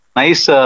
nice